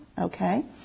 Okay